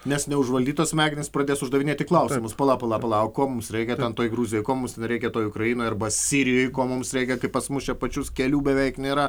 nes neužvaldytos smegenys pradės uždavinėti klausimus pala pala pala o ko mums reikia ten toj gruzijoj ko mums reikia toj ukrainoj arba sirijoj ko mums reikia kai pas mus čia pačius kelių beveik nėra